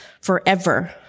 forever